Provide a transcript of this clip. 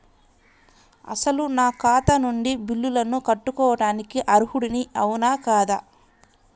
అసలు నా ఖాతా నుండి బిల్లులను కట్టుకోవటానికి అర్హుడని అవునా కాదా?